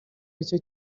aricyo